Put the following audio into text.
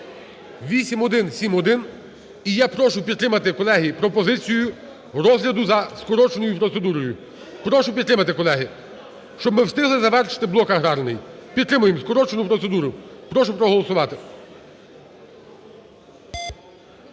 8171). І я прошу підтримати, колеги, пропозицію розгляду за скороченою процедурою. Прошу підтримати, колеги, щоб ми встигли завершити блок аграрний. Підтримуємо скорочену процедуру. Прошу проголосувати.